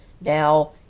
Now